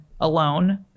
alone